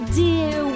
dear